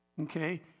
okay